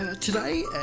today